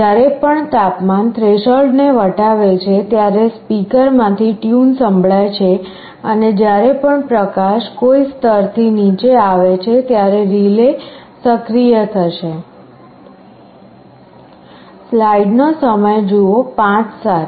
જ્યારે પણ તાપમાન થ્રેશોલ્ડને વટાવે છે ત્યારે સ્પીકરમાંથી ટ્યુન સંભળાય છે અને જ્યારે પણ પ્રકાશ કોઈ સ્તરથી નીચે આવે છે ત્યારે રિલે સક્રિય થશે